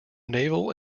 naval